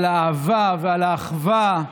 על האהבה ועל האחווה,